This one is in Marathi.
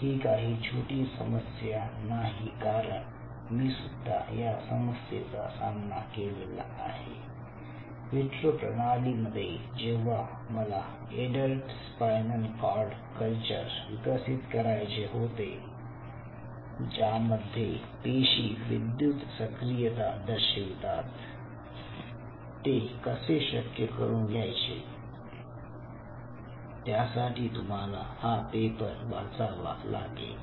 ही काही छोटी समस्या नाही कारण मी सुद्धा या समस्येचा सामना केलेला आहे विट्रो प्रणालीमध्ये जेव्हा मला एडल्ट स्पायनल कॉर्ड कल्चर विकसित करायचे होते ज्यामध्ये पेशी विद्युत सक्रियता दर्शवितात ते कसे शक्य करून घ्यायचे त्यासाठी तुम्हाला हा पेपर वाचावा लागेल